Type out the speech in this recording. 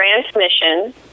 transmission